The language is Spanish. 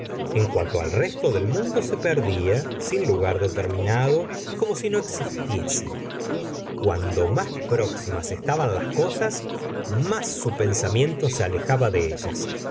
en cuanto al resto del mundo se perdía sin lugar determinado y como si no existiese cuando más próximas estaban las cosas más su pensamiento se alejaba de ellas